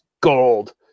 gold